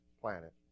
planet